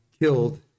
killed